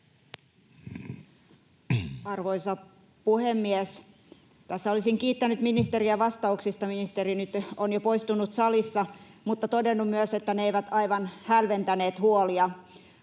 Arvoisa puhemies! Tässä olisin kiittänyt ministeriä vastauksista — ministeri on nyt jo poistunut salista — ja todennut myös, että ne eivät aivan hälventäneet huolia.